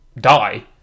die